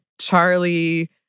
Charlie